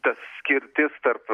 ta skirtis tarp